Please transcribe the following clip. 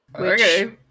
Okay